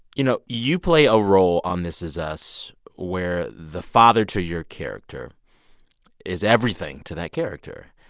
you know, you play a role on this is us where the father to your character is everything to that character.